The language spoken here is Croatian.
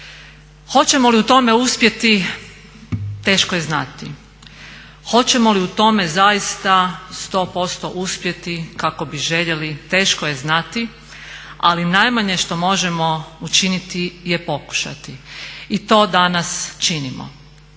Hoćemo li u tome uspjeti teško je znati, hoćemo li u tome zaista 100% uspjeti kako bi željeli teško je znati. Ali najmanje što možemo učiniti je pokušati i to danas činimo.